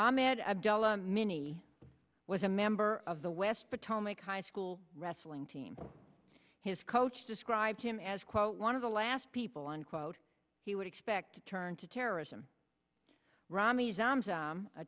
abdullah mini was a member of the west potomac high school wrestling team his coach described him as quote one of the last people unquote he would expect to turn to terrorism